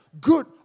good